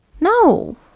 No